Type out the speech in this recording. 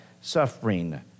suffering